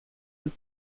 dont